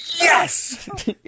Yes